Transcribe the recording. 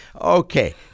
Okay